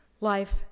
life